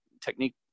technique